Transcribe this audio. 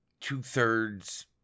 two-thirds